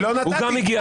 הוא גם הגיע השנייה.